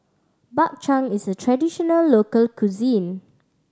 Bak Chang is a traditional local cuisine